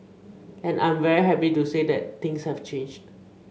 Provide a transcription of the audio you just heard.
and I'm very happy to say that things have changed